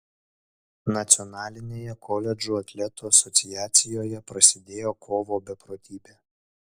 nacionalinėje koledžų atletų asociacijoje prasidėjo kovo beprotybė